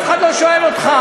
אף אחד לא שואל אותך,